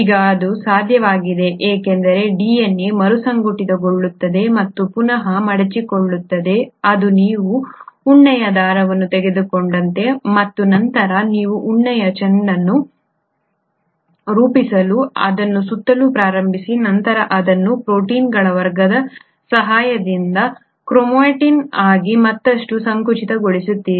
ಈಗ ಅದು ಸಾಧ್ಯವಾಗಿದೆ ಏಕೆಂದರೆ DNA ಮರುಸಂಘಟಿತಗೊಳ್ಳುತ್ತದೆ ಮತ್ತು ಪುನಃ ಮಡಚಿಕೊಳ್ಳುತ್ತದೆ ಅದು ನೀವು ಉಣ್ಣೆಯ ದಾರವನ್ನು ತೆಗೆದುಕೊಂಡಂತೆ ಮತ್ತು ನಂತರ ನೀವು ಉಣ್ಣೆಯ ಚೆಂಡನ್ನು ರೂಪಿಸಲು ಅದನ್ನು ಸುತ್ತಲು ಪ್ರಾರಂಭಿಸಿ ನಂತರ ಅದನ್ನು ಪ್ರೋಟೀನ್ಗಳ ವರ್ಗದ ಸಹಾಯದಿಂದ ಕ್ರೊಮಾಟಿನ್ ಆಗಿ ಮತ್ತಷ್ಟು ಸಂಕುಚಿತಗೊಳಿಸುತ್ತೀರಿ